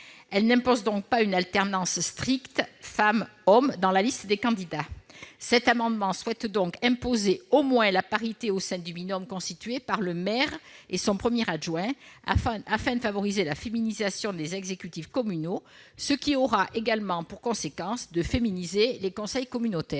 Elle n'exige donc pas une alternance stricte femme-homme dans la liste de candidats. Nous souhaitons par conséquent imposer au moins la parité au sein du binôme constitué par le maire et son premier adjoint, afin de favoriser la féminisation des exécutifs communaux, ce qui aura également pour conséquence de féminiser les conseils communautaires.